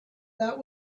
that